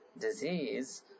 disease